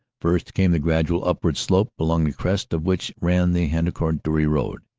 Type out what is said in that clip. first came the gradual upward slope along the crest of which ran the hendecourt-dury road,